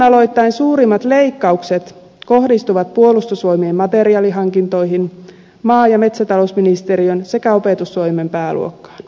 hallinnonaloittain suurimmat leikkaukset kohdistuvat puolustusvoimien materiaalihankintoihin maa ja metsätalousministeriön sekä opetustoimen pääluokkaan